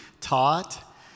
taught